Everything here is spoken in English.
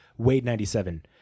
Wade97